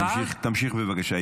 תמשיך, בבקשה.